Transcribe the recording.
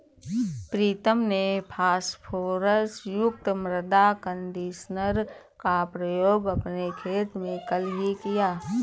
प्रीतम ने फास्फोरस युक्त मृदा कंडीशनर का प्रयोग अपने खेत में कल ही किया